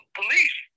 police